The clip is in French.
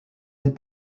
les